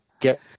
get